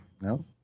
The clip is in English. No